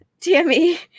Tammy